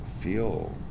feel